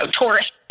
tourist